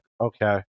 okay